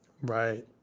Right